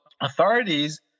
authorities